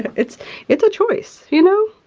it's it's a choice, you know?